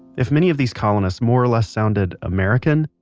if many of these colonists more or less sounded american,